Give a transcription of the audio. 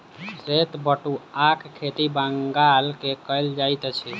श्वेत पटुआक खेती बंगाल मे कयल जाइत अछि